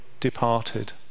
Departed